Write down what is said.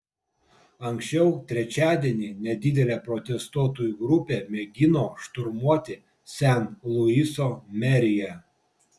anksčiau trečiadienį nedidelė protestuotojų grupė mėgino šturmuoti sen luiso meriją